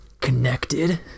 connected